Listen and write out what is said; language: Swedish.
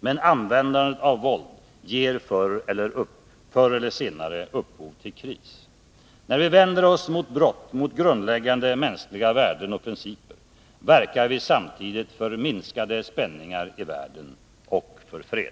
men användandet av våld ger förr eller senare upphov till kris. När vi vänder oss mot brott mot grundläggande mänskliga värden och principer verkar vi samtidigt för minskade spänningar i världen, och för fred.